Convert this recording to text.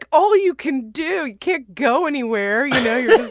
ah all you can do. can't go anywhere. you know, you're just